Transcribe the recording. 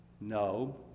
no